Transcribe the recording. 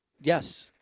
Yes